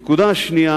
נקודה שנייה